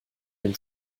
dem